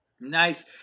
nice